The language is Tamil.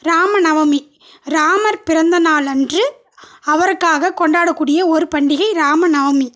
ராம நவமி ராமர் பிறந்தநாளன்று அவருக்காக கொண்டாடக்கூடிய ஒரு பண்டிகை ராம நவமி